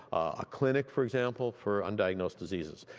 a clinic, for example, for undiagnosed diseases.